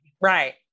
right